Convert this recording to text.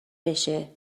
بشه